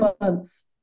months